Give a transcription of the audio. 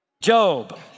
Job